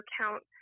account –